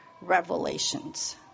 revelations